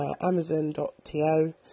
amazon.to